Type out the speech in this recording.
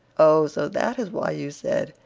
oh, so that is why you said,